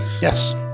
Yes